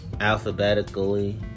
alphabetically